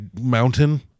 mountain